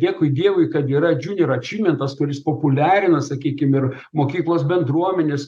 dėkui dievui kad yra džiuni račimentas kuris populiarina sakykim ir mokyklos bendruomenės